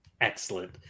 Excellent